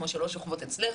כמו שלא שוכבות אצלך,